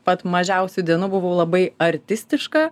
pat mažiausių dienų buvau labai artistiška